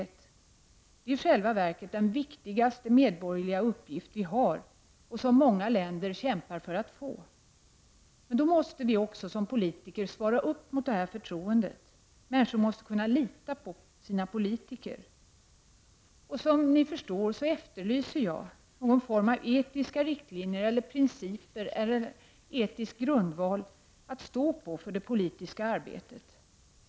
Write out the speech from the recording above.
Det är i själva verket den viktigaste medborgerliga uppgiften vi har och som människor i många länder kämpar för att få. Men då måste vi också som politiker svara upp mot det här förtroendet. Människor måste kunna lita på sina politiker. Som ni förstår, efterlyser jag någon form av etiska riktlinjer eller principer eller etisk grundval att stå på för det politiska arbetet.